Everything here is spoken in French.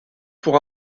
pour